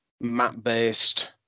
map-based